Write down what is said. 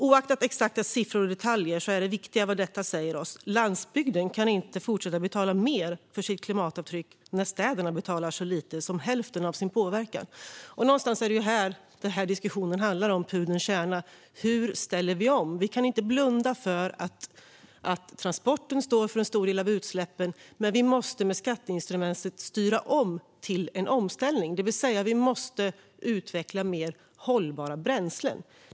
Oavsett exakta siffror och detaljer är det viktiga vad detta säger oss: Landsbygden kan inte fortsätta att betala mer än för sitt klimatavtryck när städerna betalar för så lite som hälften av sin påverkan. Någonstans är det detta som diskussionen handlar om. Det är detta som är pudelns kärna: Hur ställer vi om? Vi kan inte blunda för att transporterna står för en stor del av utsläppen, men vi måste med skatteinstrumentet styra om till en omställning. Vi måste alltså utveckla mer hållbara bränslen.